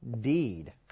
deed